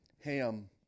Ham